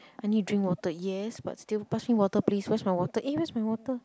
I need drink water yes but still pass me water please where's my water eh where's my water